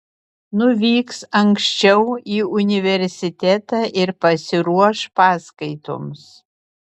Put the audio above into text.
nuvyks anksčiau į universitetą ir pasiruoš paskaitoms